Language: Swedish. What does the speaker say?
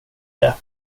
det